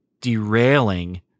derailing